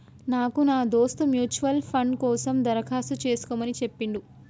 నాకు నా దోస్త్ మ్యూచువల్ ఫండ్ కోసం దరఖాస్తు చేసుకోమని చెప్పిండు